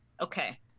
okay